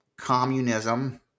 communism